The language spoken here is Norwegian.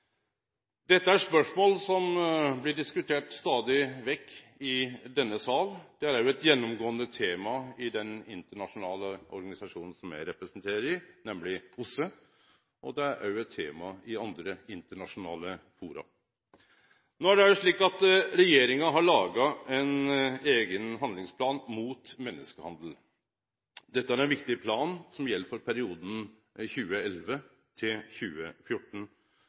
Dette er spørsmål som blir diskuterte stadig vekk i denne salen. Det er òg eit gjennomgåande tema i den internasjonale organisasjonen som eg representerer i, nemlig OSSE, og det er òg eit tema i andre internasjonale fora. No er det slik at regjeringa har laga ein eigen handlingsplan mot menneskehandel. Dette er ein viktig plan som gjeld for perioden